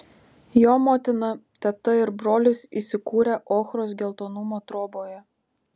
jo motina teta ir brolis įsikūrę ochros geltonumo troboje